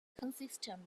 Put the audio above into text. consistent